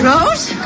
Rose